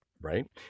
right